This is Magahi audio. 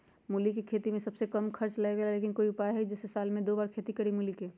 मूली के खेती में सबसे कम खर्च लगेला लेकिन कोई उपाय है कि जेसे साल में दो बार खेती करी मूली के?